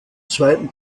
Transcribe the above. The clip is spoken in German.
zweiten